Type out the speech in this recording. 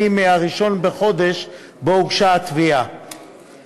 גברתי היושבת-ראש, חברי חברי הכנסת,